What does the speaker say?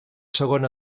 segon